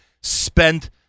spent